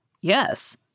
Yes